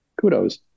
kudos